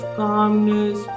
calmness